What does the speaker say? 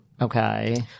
Okay